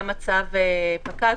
גם הצו פקע,